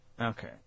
Okay